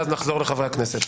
ואחריהם נחזור לחברי הכנסת.